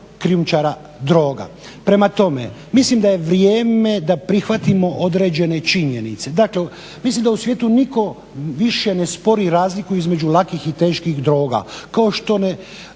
krijumčara droga. Prema tome, mislim da je vrijeme da prihvatimo određene činjenice. Dakle, mislim da u svijetu nitko više ne spori razliku između lakih i teških droga